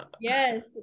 yes